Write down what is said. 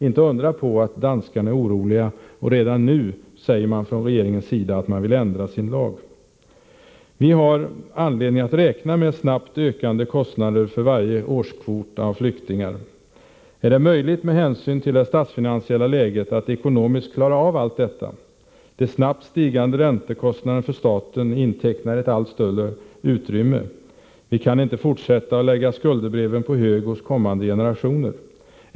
Inte att undra på att danskarna är oroliga! Redan nu säger regeringen i Danmark att man vill ändra sin lag. Vi har anledning att räkna med snabbt ökande kostnader för varje årskvot av flyktingar. Är det möjligt med hänsyn till det statsfinansiella läget att ekonomiskt klara allt detta? De snabbt stigande räntekostnaderna för staten intecknar ett allt större utrymme. Vi kan inte fortsätta att lägga skuldebreven på hög hos kommande generationer.